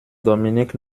dominique